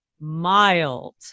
mild